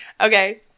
Okay